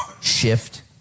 shift